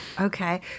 Okay